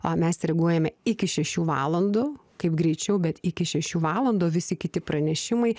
a mes reaguojame iki šešių valandų kaip greičiau bet iki šešių valandų visi kiti pranešimai